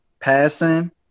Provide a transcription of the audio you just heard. Passing